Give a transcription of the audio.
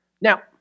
Now